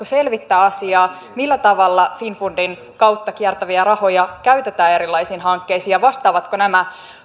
selvittää asiaa millä tavalla finnfundin kautta kiertäviä rahoja käytetään erilaisiin hankkeisiin ja vastaavatko nämä